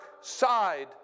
side